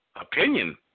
Opinion